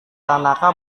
tanaka